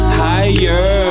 higher